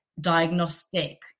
diagnostic